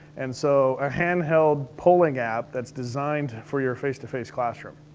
and so a handheld polling app that's designed for your face-to-face classroom.